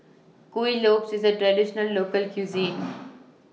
Kuih Lopes IS A Traditional Local Cuisine